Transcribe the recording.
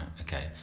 okay